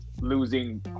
losing